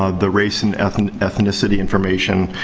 ah the race and and ethnicity information,